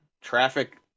traffic